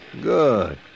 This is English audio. Good